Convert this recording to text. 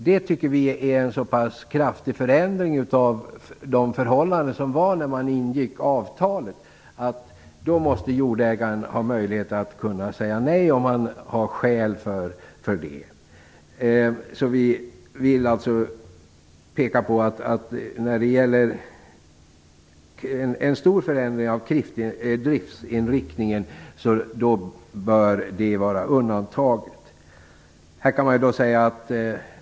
Vi tycker att det är en så pass kraftig förändring av de förhållanden som rådde när avtalet ingicks att jordägaren måste ha möjlighet att säga nej om han har skäl för det. Vi vill alltså peka på att stora förändringar av driftsinriktningen bör vara undantagna.